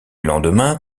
lendemain